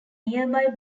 nearby